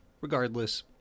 Regardless